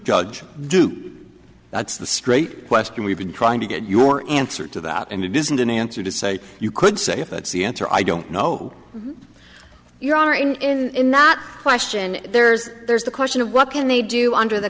judge do that's the straight question we've been trying to get your answer to that and it isn't an answer to say you could say that's the answer i don't know your are in in that question there's there's the question of what can they do under the